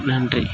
நன்றி